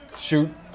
shoot